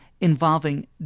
involving